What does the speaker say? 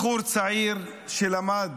בחור צעיר שלמד